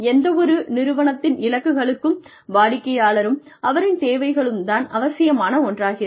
எந்தவொரு நிறுவனத்தின் இலக்குகளுக்கும் வாடிக்கையாளரும் அவரின் தேவைகளும் தான் அவசியமான ஒன்றாகிறது